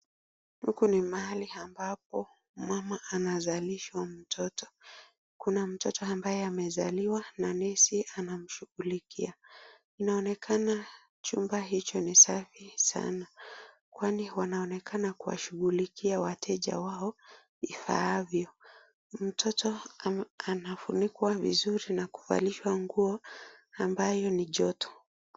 Huku ni mahali ambapo mama anazalishwa mtoto. Kuna mtoto ambaye amezaliwa na nesi anamshughulikia. Inaonekana chumba hicho ni safi sana kwani wanaonekana kuwashughulikia wateja wao ifaavyo. Mtoto anafunikwa vizuri na kuvalishwa nguo ambayo ni joto.